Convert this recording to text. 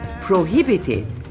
prohibited